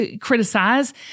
criticize